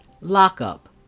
Lockup